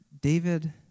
David